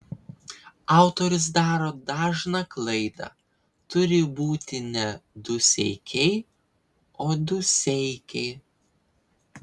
autorius daro dažną klaidą turi būti ne duseikiai o dūseikiai